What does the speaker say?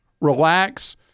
relax